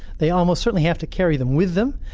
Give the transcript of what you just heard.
they almost certainly have to carry them with them.